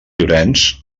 llorenç